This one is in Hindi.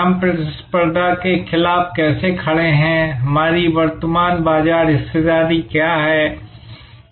हम प्रतिस्पर्धा के खिलाफ कैसे खड़े है हमारी वर्तमान बाजार हिस्सेदारी क्या है